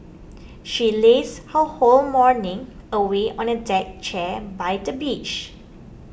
she lazed her whole morning away on a deck chair by the beach